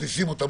מכניסים אותם,